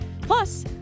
plus